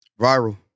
Viral